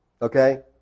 Okay